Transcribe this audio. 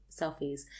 selfies